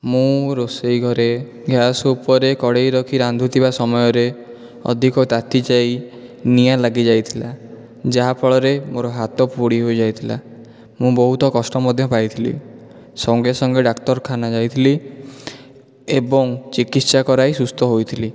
ମୁଁ ରୋଷେଇଘରେ ଗ୍ୟାସ ଉପରେ କଡ଼େଇ ରଖି ରାନ୍ଧୁଥିବା ସମୟରେ ଅଧିକ ତାତି ଯାଇ ନିଆଁ ଲାଗି ଯାଇଥିଲା ଯାହାଫଳରେ ମୋର ହାତ ପୋଡ଼ି ହୋଇ ଯାଇଥିଲା ମୁଁ ବହୁତ କଷ୍ଟ ମଧ୍ୟ ପାଇଥିଲି ସଙ୍ଗେ ସଙ୍ଗେ ଡାକ୍ତରଖାନା ଯାଇଥିଲି ଏବଂ ଚିକିତ୍ସା କରାଇ ସୁସ୍ଥ ହୋଇଥିଲି